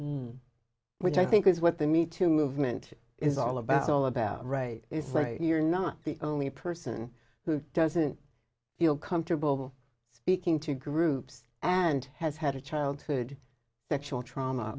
alone which i think is what they need to movement is all about is all about right is right you're not the only person who doesn't feel comfortable speaking to groups and has had a childhood sexual trauma